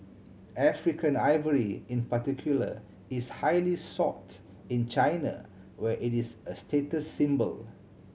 African ivory in particular is highly sought in China where it is a status symbol